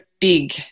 big